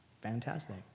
fantastic